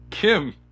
Kim